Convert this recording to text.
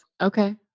Okay